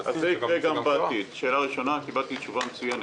קיבלתי תשובה מצוינת.